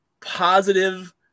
positive